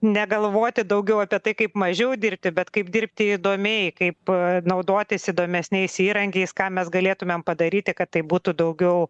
negalvoti daugiau apie tai kaip mažiau dirbti bet kaip dirbti įdomiai kaip naudotis įdomesniais įrankiais ką mes galėtumėm padaryti kad tai būtų daugiau